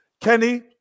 Kenny